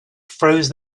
froze